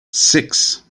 six